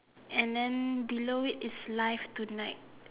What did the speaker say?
and then below is it live tonight